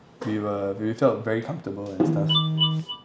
we were we felt very comfortable and stuff